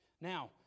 Now